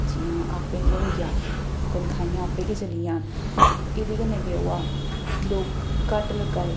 जि'यां आपें गै होई जा तन्खाहियां आपें गै चली जान ते एह्दे कन्नै केह् होआ दा लोग घट्ट लग्गा दे